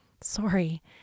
sorry